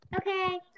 Okay